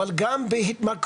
אבל גם בהתמכרויות,